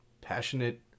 passionate